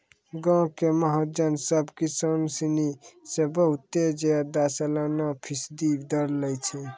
गांवो के महाजन सभ किसानो सिनी से बहुते ज्यादा सलाना फीसदी दर लै छै